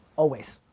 always.